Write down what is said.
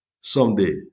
someday